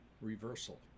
reversal